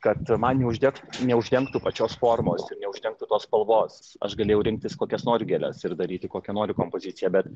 kad man neuždeg neuždengtų pačios formos ir neuždengtų tos spalvos aš galėjau rinktis kokias noriu gėles ir daryti kokią noriu kompoziciją bet